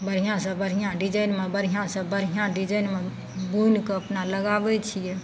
बढ़िआँसँ बढ़िआँ डिजाइनमे बढ़िआँसँ बढ़िआँ डिजाइनमे बुनिके अपना लगाबय छियै